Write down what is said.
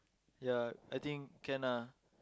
ya I think can ah